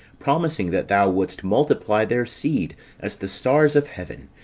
promising that thou wouldst multiply their seed as the stars of heaven,